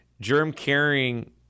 germ-carrying